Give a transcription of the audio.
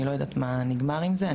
אני לא יודעת מה נגמר עם זה.